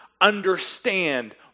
understand